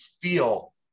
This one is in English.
feel